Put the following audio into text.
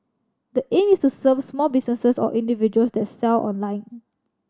the aim is to serve small businesses or individuals that sell online